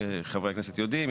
כפי שחברי הכנסת יודעים,